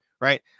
right